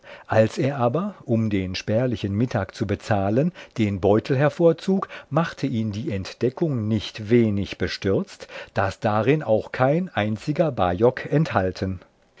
als er aber um den spärlichen mittag zu bezahlen den beutel hervorzog machte ihn die entdeckung nicht wenig bestürzt daß darin auch kein einziger bajock enthalten